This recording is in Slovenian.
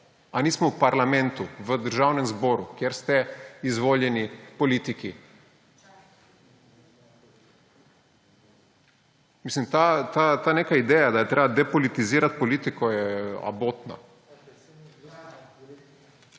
Ali nismo v parlamentu, v Državnem zboru, kjer ste izvoljeni politiki? Ta ideja, da je treba depolitizirati politiko, je abotna.